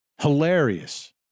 Hilarious